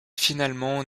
finalement